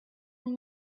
were